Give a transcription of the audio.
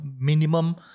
minimum